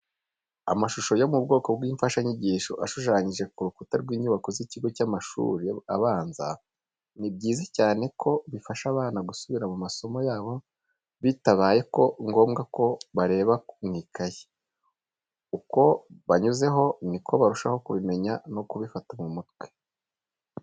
Amashusho yo mu bwoko bw'imfashanyigisho ashushanyije ku rukuta rw'inyubako z'ikigo cy'amashuri abanza. Ni byiza cyane kuko bifasha abana gusubira mu masomo yabo bitabaye ngombwa ko bareba mu ikayi. Uko babinyuzeho ni ko barushaho kubimenya no kubifata mu mutwe.